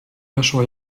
weszła